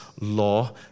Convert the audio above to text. law